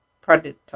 predator